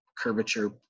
curvature